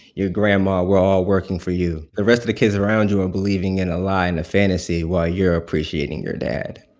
your grandma, we're all working for you. the rest of the kids around you are believing in a lie and a fantasy, while you're appreciating your dad.